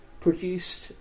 produced